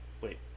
wait